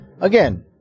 Again